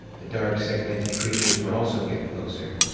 the dark, segmented creatures were also getting closer.